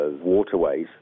waterways